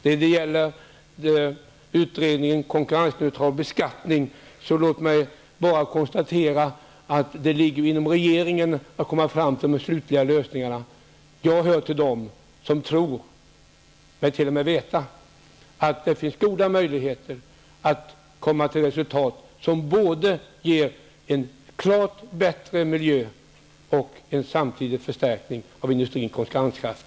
När det gäller utredningen om konkurrensneutral beskattning vill jag bara konstatera att det ankommer på regeringen att nå fram till de slutliga lösningarna. Jag hör till dem som tror -- ja, t.o.m. vet -- att det finns goda möjligheter att nå resultat som ger en klart bättre miljö och samtidigt en förstärkning av industrins konkurrenskraft.